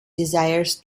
desires